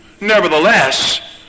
Nevertheless